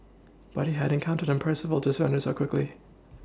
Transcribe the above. but he hadn't counted on Percival to surrender so quickly